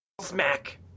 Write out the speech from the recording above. Smack